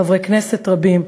חברי כנסת רבים,